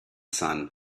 sun